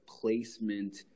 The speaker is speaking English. placement